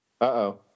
Uh-oh